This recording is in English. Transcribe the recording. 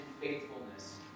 faithfulness